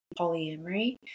polyamory